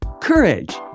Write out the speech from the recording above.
courage